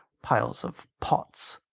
piles of pots.